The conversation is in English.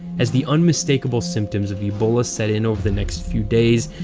as the unmistakable symptoms of ebola set in over the next few days,